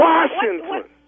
Washington